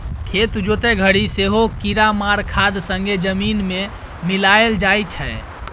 खेत जोतय घरी सेहो कीरामार खाद संगे जमीन मे मिलाएल जाइ छै